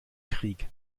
krieg